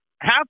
half